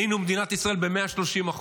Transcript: עלינו במדינת ישראל ב-130%.